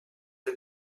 the